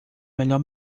melhor